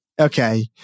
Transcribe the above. Okay